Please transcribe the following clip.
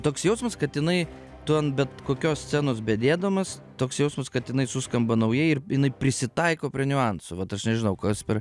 toks jausmas kad jinai tu ant bet kokios scenos bedėdamas toks jausmas kad jinai suskamba naujai ir jinai prisitaiko prie niuansų vat aš nežinau kas per